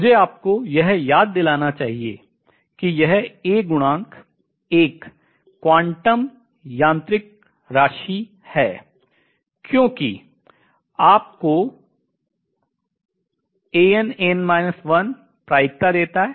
मुझे आपको याद यह दिलाना चाहिए कि यह A गुणांक एक क्वांटम यांत्रिक राशि है क्योंकि आपको प्रायिकता देता है